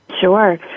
Sure